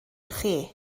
chi